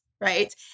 right